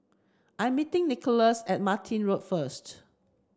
I meeting Nicholaus at Martin Road first